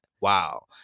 Wow